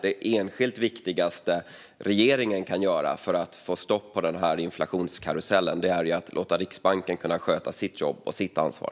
Det enskilt viktigaste som regeringen kan göra för att få stopp på inflationskarusellen är att låta Riksbanken sköta sitt jobb och sitt ansvar.